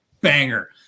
banger